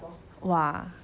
!wah!